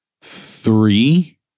three